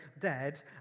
dead